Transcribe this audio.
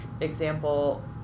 example